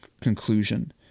conclusion